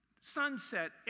sunset